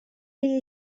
chi